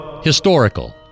Historical